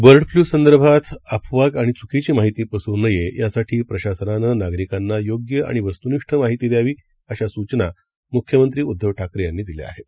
बर्डफ्ल्यूसंदर्भातअफवाआणिचुकीचीमाहितीपसरूनयेयासाठीप्रशासनानंनागरिकांनायोग्यआणिवस्तूनिष्ठमाहितीद्यावी अशासूचनामुख्यमंत्रीउद्धवठाकरेयांनीदिल्याआहेत